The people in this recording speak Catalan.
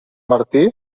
martí